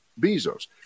Bezos